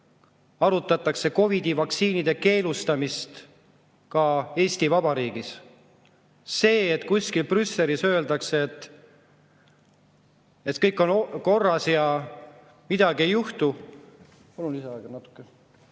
arutatakse COVID-i vaktsiinide keelustamist Eesti Vabariigis. See, et kuskil Brüsselis öeldakse, et kõik on korras ja midagi ei juhtu